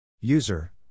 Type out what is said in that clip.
User